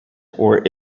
where